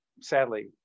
sadly